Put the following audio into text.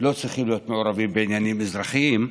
והשב"כ לא צריכים להיות מעורבים בעניינים אזרחיים,